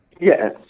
Yes